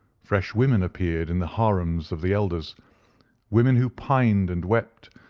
fresh women appeared in the harems of the eldersaeur women who pined and wept,